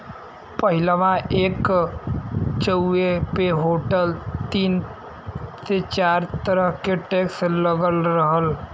पहिलवा एक चाय्वो पे होटल तीन से चार तरह के टैक्स लगात रहल